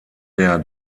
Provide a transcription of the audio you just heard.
der